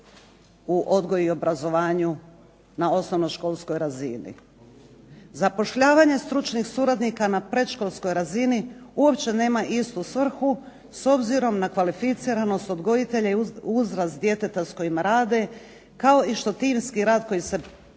u odgoju i obrazovanju na osnovnoškolskoj razini. Zapošljavanja stručnih suradnika na predškolskoj razini uopće nema istu svrhu, s obzirom na kvalificiranost odgojitelja i uzrast djeteta s kojima rade, kao i što timski rad koji se očekuje